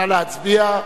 נא להצביע.